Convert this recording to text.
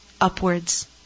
upwards